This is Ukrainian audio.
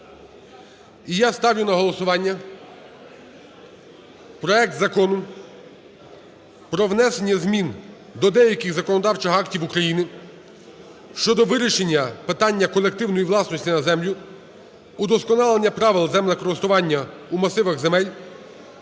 І я ставлю на голосування проект Закону про внесення змін до деяких законодавчих актів України щодо вирішення питання колективної власності на землю, удосконалення правил землекористування у масивах земель,